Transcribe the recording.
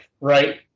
right